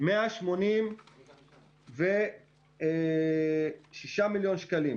186 מיליון שקלים.